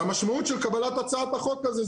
והמשמעות על קבלת הצעת החוק הזה,